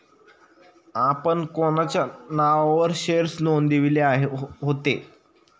आपण कोणाच्या नावावर शेअर्स नोंदविले होते?